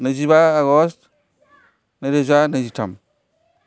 नैजिबा आगष्ट नैरोजा नैजिथाम